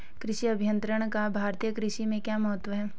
कृषि अभियंत्रण का भारतीय कृषि में क्या महत्व है?